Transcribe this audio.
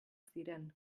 ziren